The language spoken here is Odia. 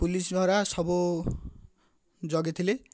ପୋଲିସ୍ ଗୁଡ଼ା ସବୁ ଜଗିଥିଲେ